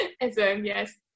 yes